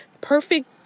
perfect